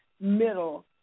middle